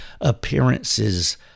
appearances